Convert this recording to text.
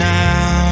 now